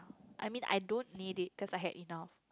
I mean I don't need it cause I had enough